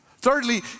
Thirdly